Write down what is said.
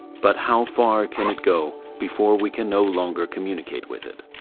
but how far can it go before we can no longer communicate with it?